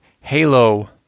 halo